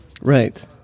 Right